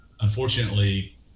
unfortunately